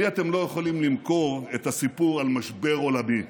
לי אתם לא יכולים למכור את הסיפור על משבר עולמי.